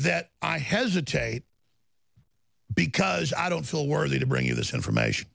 that i hesitate because i don't feel worthy to bring you this information